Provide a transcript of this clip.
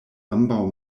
ambaŭ